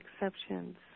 exceptions